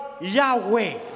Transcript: Yahweh